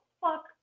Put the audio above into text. fuck